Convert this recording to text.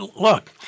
look